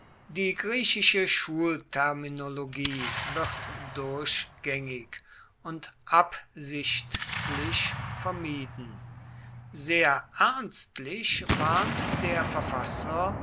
die griechische schulterminologie wird durchgängig und absichtlich vermieden sehr ernstlich warnt der verfasser